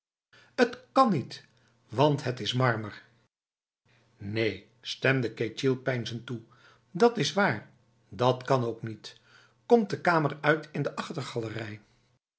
t kan niet want het is marmer neenb stemde ketjil peinzend toe dat is waar dan kan het ook niet komt de kamer uit in de